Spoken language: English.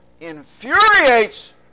infuriates